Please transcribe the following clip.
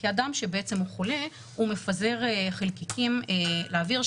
כי אדם שהוא חולה מפזר חלקיקים לאוויר,